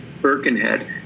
Birkenhead